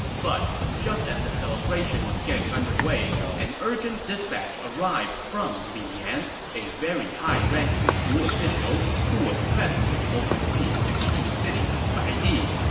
but just as the celebration was getting underway, an urgent dispatch arrived from li yan, a very high-ranking shu official who was presently overseeing the key city of baidi,